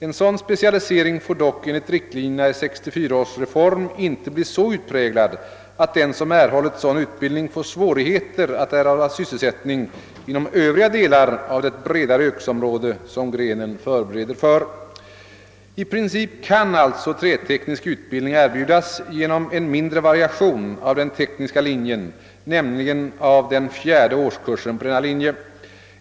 En sådan specialisering får dock enligt riktlinjerna i 1964 års reform inte bli så utpräglad att den som erhållit sådan utbildning får svårigheter att erhålla sysselsättning inom övriga delar av det bredare yrkesområde som grenen förbereder för. I princip kan alltså träteknisk utbildning erbjudas genom en mindre variation av den tekniska linjen, nämligen av den fjärde årskursen på denna linje.